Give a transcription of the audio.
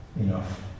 enough